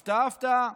הפתעה-הפתעה,